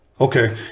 Okay